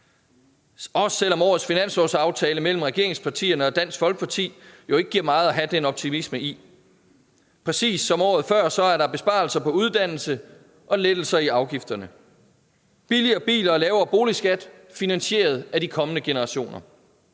også selv om årets finanslovsaftale mellem regeringspartierne og Dansk Folkeparti jo ikke giver meget at have den optimisme i. Præcis som året før er der besparelser på uddannelse og lettelser på afgifterne. Billigere biler og lavere boligskat skal finansieres af de kommende generationer.